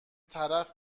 طرف